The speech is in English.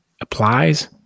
applies